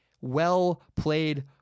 well-played